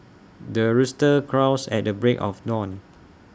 the rooster crows at the break of dawn